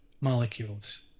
molecules